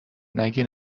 نگی